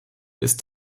ist